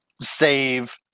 save